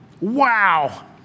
Wow